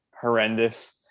horrendous